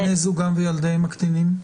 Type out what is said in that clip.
בני זוגם וילדיהם הקטנים?